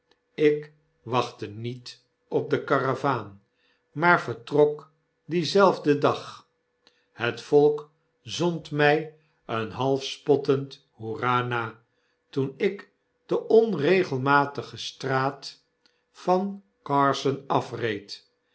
ik wachtte niet op de karavaan maar vertrok dienzelfden dag het volk zond mij een half spottend hoera na toen ik de onregelmatige straat van carson afreed